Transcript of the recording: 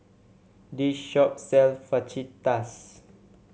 this shop sells Fajitas